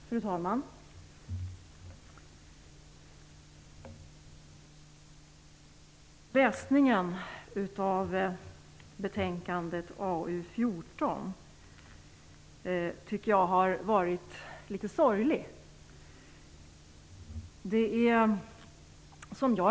Fru talman! Läsningen av betänkandet AU14 har varit litet sorglig, tycker jag.